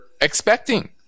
expecting